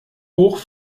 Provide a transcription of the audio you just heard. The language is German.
hoch